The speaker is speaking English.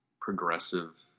progressive